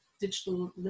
digital